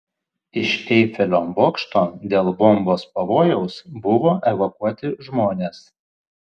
iš eifelio bokšto dėl bombos pavojaus buvo evakuoti žmonės